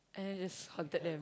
and then just haunted them